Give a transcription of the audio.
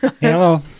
hello